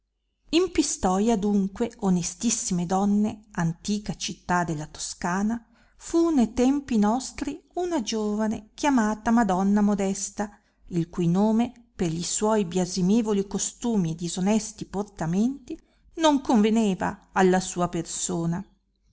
in pistoia adunque onestissime donne antica città de la toscana fu ne tempi nostri una giovane chiamata madonna modesta il cui nome per gli suoi biasimevoli costumi e disonesti portamenti non conveneva alla sua persona